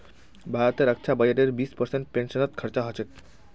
भारतेर रक्षा बजटेर बीस परसेंट पेंशनत खरचा ह छेक